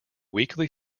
weekly